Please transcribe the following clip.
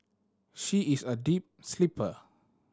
she is a deep sleeper